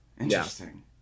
Interesting